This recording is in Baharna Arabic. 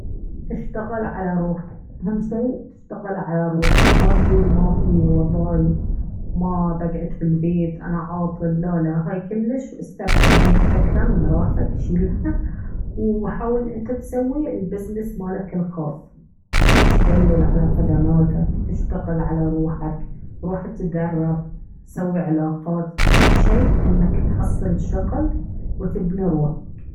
اشتغل على روحك أهم شيء تشتغل على روحك ما تقول ما في وظايف ما بقعد في البيت أنا عاطل. لا لا هاي كلش استبعد هاي الفكرة من راسك شيلها وحاول أنت تسوي البزنس مالك الخاص تدلل على خدماتك تشتغل على روحك روح تدرب سوي علاقات أهم شي أنك تحصل شغل وتبني روحك